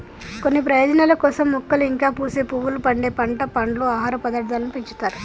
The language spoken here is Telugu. కొన్ని ప్రయోజనాల కోసం మొక్కలు ఇంకా పూసే పువ్వులు, పండే పంట, పండ్లు, ఆహార పదార్థాలను పెంచుతారు